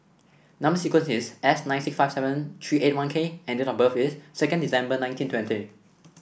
number sequence is S nine six five seven three eight one K and date of birth is second December nineteen twenty